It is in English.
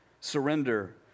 surrender